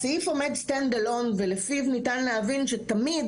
הסעיף עומד Stand alone ולפיו ניתן להבין שתמיד,